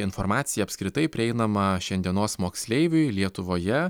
informacija apskritai prieinama šiandienos moksleiviui lietuvoje